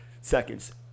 seconds